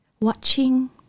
watching